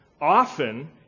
Often